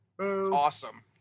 Awesome